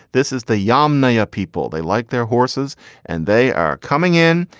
this is the yom niya. people, they like their horses and they are coming in.